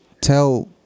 tell